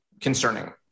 concerning